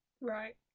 Right